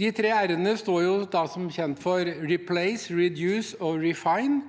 De tre r-ene står som kjent for «replace», «reduce» og «refine»,